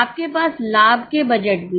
आपके पास लाभ के बजट भी हैं